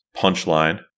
Punchline